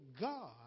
God